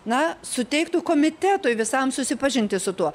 na suteiktų komitetui visam susipažinti su tuo